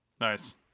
Nice